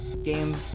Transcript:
game